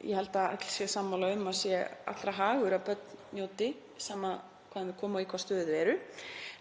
ég held að allir séu sammála um að sé allra hagur að börn njóti sama hvaðan þau koma og í hvað stöðu þau eru.